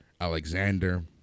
Alexander